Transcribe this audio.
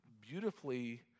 beautifully